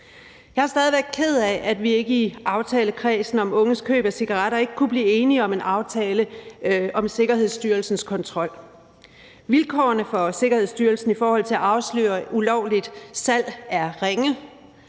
Jeg er stadig væk ked af, at vi i aftalekredsen om unges køb af cigaretter ikke kunne blive enige om en aftale om Sikkerhedsstyrelsens kontrol. Vilkårene for Sikkerhedsstyrelsen i forhold til at afsløre ulovligt salg er ringe.